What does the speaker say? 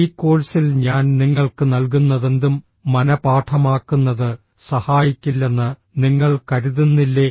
ഈ കോഴ്സിൽ ഞാൻ നിങ്ങൾക്ക് നൽകുന്നതെന്തും മനപാഠമാക്കുന്നത് സഹായിക്കില്ലെന്ന് നിങ്ങൾ കരുതുന്നില്ലേ